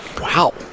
Wow